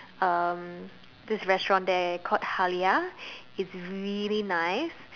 um this restaurant there called Halia it's really nice